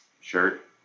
shirt